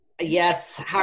Yes